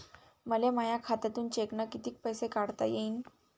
मले माया खात्यातून चेकनं कितीक पैसे काढता येईन?